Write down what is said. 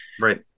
Right